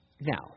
Now